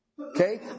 Okay